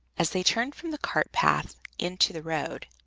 as they turned from the cart-path into the road,